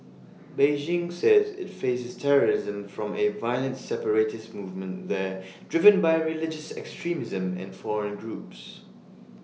Beijing says IT faces terrorism from A violent separatist movement there driven by religious extremism and foreign groups